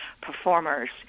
performers